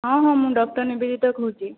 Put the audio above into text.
ହଁ ହଁ ମୁଁ ଡକ୍ଟର ନିବେଦିତା କହୁଛି